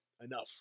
enough